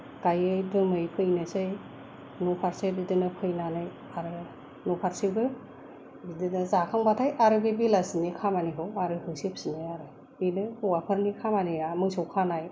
गायै लोमै फैनोसै न'फारसे बिदिनो फैनानै आरो न'फारसेबो बिदिनो जाखांब्लाथाय आरो बे बेलासिनि खामानिखौ आरो होसोफिनबाय आरो बेनो हौवाफोरनि खामानिया मोसौ खानाय